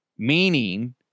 Meaning